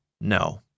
No